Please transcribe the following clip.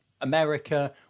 America